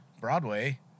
Broadway